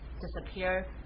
disappear